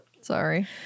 sorry